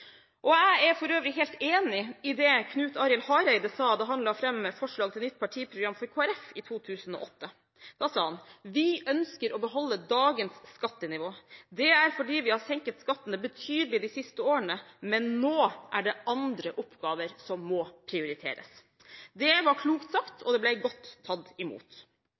Jeg er for øvrig helt enig i det Knut Arild Hareide sa da han la fram forslag til nytt partiprogram for Kristelig Folkeparti i 2008. Han sa: Vi ønsker å beholde dagens skattenivå. Det er fordi vi har senket skattene betydelig de siste årene, men nå er det andre oppgaver som må prioriteres. Det var klokt sagt, og det ble godt tatt imot.